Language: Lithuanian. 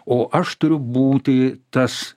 o aš turiu būti tas